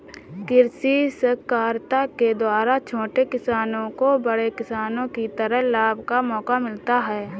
कृषि सहकारिता के द्वारा छोटे किसानों को बड़े किसानों की तरह लाभ का मौका मिलता है